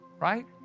right